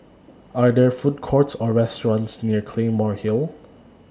Are There Food Courts Or restaurants near Claymore Hill